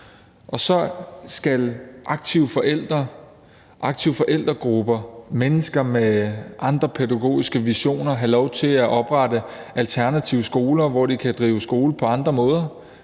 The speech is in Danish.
og så skal aktive forældre, aktive forældregrupper og mennesker med andre pædagogiske visioner have lov til at oprette alternative skoler, hvor de kan drive skole på andre måder.